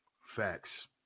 Facts